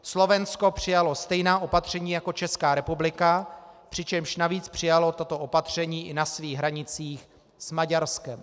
Slovensko přijalo stejná opatření jako Česká republika, přičemž navíc přijalo toto opatření i na svých hranicích s Maďarskem.